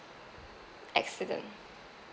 accident